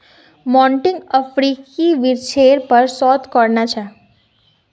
मोंटीक अफ्रीकी वृक्षेर पर शोध करना छ